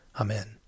Amen